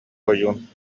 ойуун